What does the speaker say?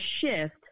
shift